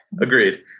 Agreed